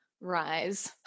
rise